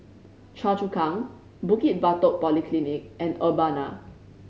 Choa Chu Kang Bukit Batok Polyclinic and Urbana